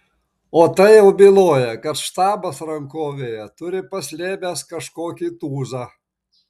o tai jau byloja kad štabas rankovėje turi paslėpęs kažkokį tūzą